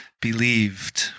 believed